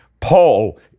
Paul